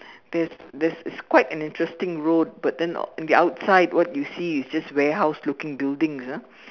there's there's is quite an interesting road but then in the outside what you see is just warehouse looking buildings ah